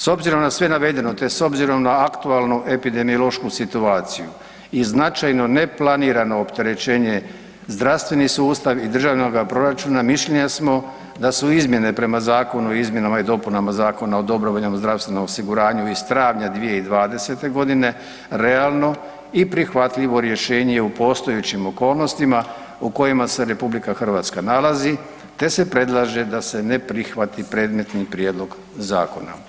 S obzirom na sve navedeno, te s obzirom na aktualnu epidemiološku situaciju i značajno ne planirano opterećenje zdravstveni sustav i Državnoga proračuna mišljenja samo da su izmjene prema Zakonu o izmjenama i dopunama Zakona o dobrovoljnom zdravstvenom osiguranju iz travanja 2020. godine realno i prihvatljivo rješenje u postojećim okolnostima u kojima se Republika Hrvatska nalazi, te se predlaže da se ne prihvati predmetni prijedlog zakona.